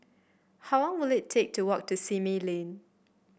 how long will it take to walk to Simei Lane